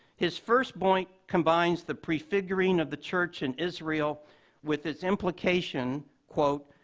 his first point combines the prefiguring of the church and israel with its implication quote,